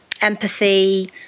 empathy